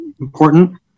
important